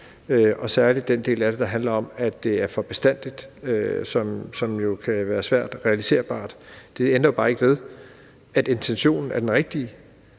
om særlig den del af det, der handler om, at det er for bestandig, hvilket jo kan være svært realiserbart. Det ændrer jo bare ikke ved, at intentionen er den rigtige,